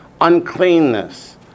uncleanness